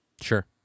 Sure